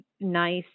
nice